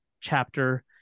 chapter